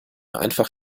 einfach